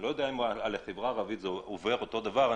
אני לא יודע אם על החברה הערבית זה עובר אותו דבר,